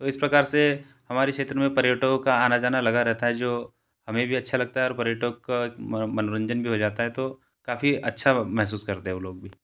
तो इस प्रकार से हमारे क्षेत्र में पर्यटकों का आना जाना लगा रहता है जो हमें भी अच्छा लगता है और पर्यटक का मनोरंजन भी हो जाता है तो काफ़ी अच्छा महसूस करते है वह लोग भी